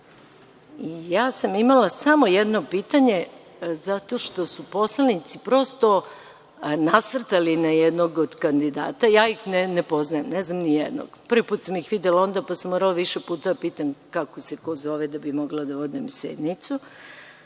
Imala sam samo jedno pitanje, zato što su poslanici prosto nasrtali na jednog od kandidata. Ja ih ne poznajem, ne znam nijednog. Prvi put sam ih videla onda, pa sam morala više puta da pitam kako se ko zove da bi mogla da vodim sednicu.